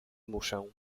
muszę